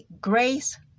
grace